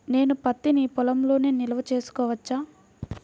నేను పత్తి నీ పొలంలోనే నిల్వ చేసుకోవచ్చా?